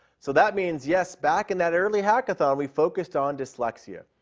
so that means, yes, back in that early hackathon, we focused on dyslexia,